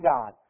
God